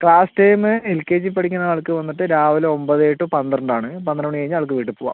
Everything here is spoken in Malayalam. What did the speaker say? class time L K G പഠിക്കുന്ന ആൾക്ക് വന്നിട്ട് രാവിലെ ഒൻപതെ ടു പന്ത്രണ്ട് ആണ് പന്ത്രണ്ട് മണി കഴിഞ്ഞാൽ ആൾക്ക് വീട്ടിൽ പോകാം